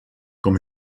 com